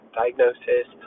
diagnosis